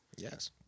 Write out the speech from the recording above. Yes